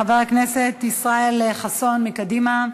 חבר הכנסת ישראל חסון מקדימה,